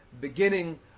beginning